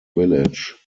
village